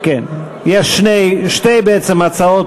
אושרה על-ידי מליאת הכנסת.